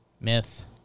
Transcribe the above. Myth